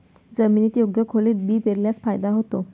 जमिनीत योग्य खोलीत बी पेरल्यास फायदा होतो